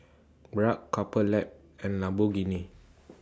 Bragg Couple Lab and Lamborghini